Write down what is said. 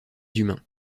humains